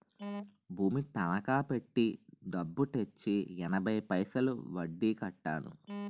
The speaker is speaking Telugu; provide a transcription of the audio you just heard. భూమి తనకా పెట్టి డబ్బు తెచ్చి ఎనభై పైసలు వడ్డీ కట్టాను